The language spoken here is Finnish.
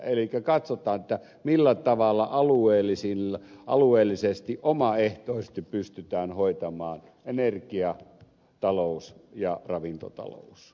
elikkä katsotaan millä tavalla alueellisesti omaehtoisesti pystytään hoitamaan energiatalous ja ravintotalous